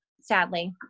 sadly